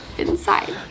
inside